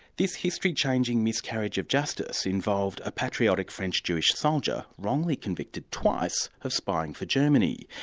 this history-changing miscarriage of justice involved a patriotic french-jewish soldier wrongly convicted, twice, of spying for germany.